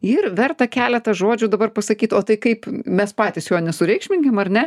ir verta keletą žodžių dabar pasakyt o tai kaip mes patys jo nesureikšminkim ar ne